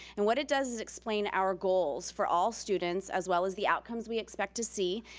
and what it does is explain our goals for all students, as well as the outcomes we expect to see,